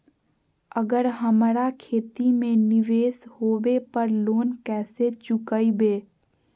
अगर हमरा खेती में निवेस होवे पर लोन कैसे चुकाइबे?